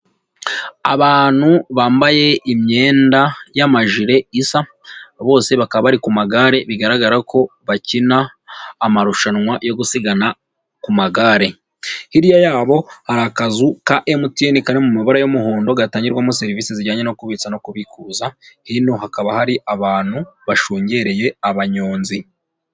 Abantu bambaye imyenda y'amajire isa bose bakaba bari ku magare bigaragara ko bakina amarushanwa yo gusigana ku magare, hirya yabo hari akazu ka MTN kari mu mabara y'umuhondo gatangirwamo serivisi zijyanye no kubitsa no kubikuza, hino hakaba hari abantu bashungereye abanyonzi.